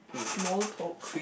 small talk